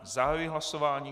Zahajuji hlasování.